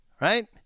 Right